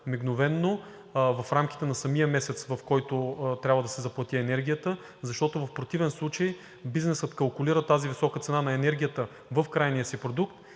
мигновено – в рамките на самия месец, в който трябва да се заплати енергията. Защото в противен случай бизнесът калкулира тази висока цена на енергията в крайния си продукт